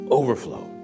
overflow